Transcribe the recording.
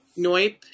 Noip